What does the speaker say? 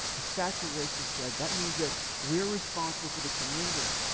a saturation strategy. that means that we're responsible for the community.